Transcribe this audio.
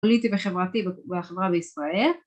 פוליטי וחברתי בחברה בישראל